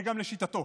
גם לשיטתו.